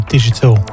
digital